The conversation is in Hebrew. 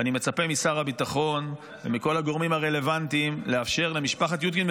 ואני מצפה משר הביטחון ומכל הגורמים הרלוונטיים לאפשר למשפחת יודקין,